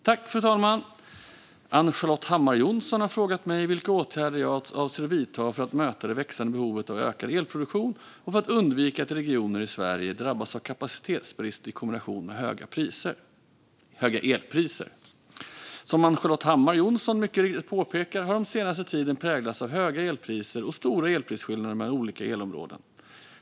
Fru talman! Ann-Charlotte Hammar Johnsson har frågat mig vilka åtgärder jag avser att vidta för att möta det växande behovet av ökad elproduktion och för att undvika att regioner i Sverige drabbas av kapacitetsbrist i kombination med höga elpriser. Som Ann-Charlotte Hammar Johnsson mycket riktigt påpekar har den senaste tiden präglats av höga elpriser och stora elprisskillnader mellan olika elområden.